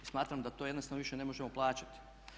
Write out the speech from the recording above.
Smatram da to jednostavno više ne možemo plaćati.